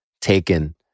taken